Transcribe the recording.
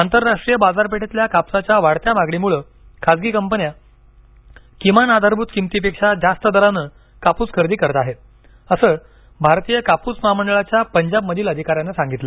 आंतरराष्ट्रीय बाजारपेठेतल्या कापसाच्या वाढत्या मागणीमुळं खासगी कंपन्या किमान आधारभूत किमतीपेक्षा जास्त दरानं कापूस खरेदी करत आहेत असं भारतीय कापूस महामंडळाच्या पंजाबमधील अधिकाऱ्यांनं सांगितलं